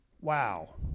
Wow